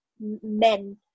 men